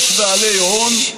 יש בעלי הון,